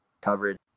coverage